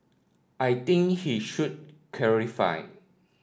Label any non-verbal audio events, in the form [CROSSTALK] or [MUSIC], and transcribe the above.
I think he should [UNINTELLIGIBLE]